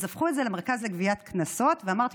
אז הפכו את זה ל"מרכז לגביית קנסות" אמרתי